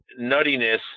nuttiness